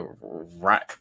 right